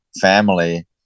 family